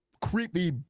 creepy